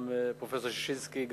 גם פרופסור ששינסקי,